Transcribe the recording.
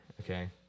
okay